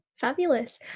Fabulous